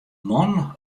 man